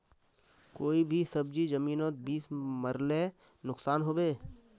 कोई भी सब्जी जमिनोत बीस मरले नुकसान होबे?